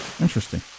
interesting